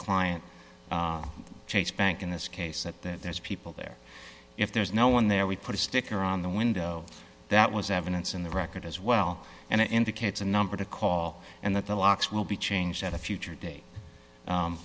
client chase bank in this case that there's people there if there's no one there we put a sticker on the window that was evidence in the record as well and it indicates a number to call and that the locks will be changed at a future date